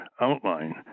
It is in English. outline